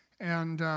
and